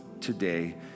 today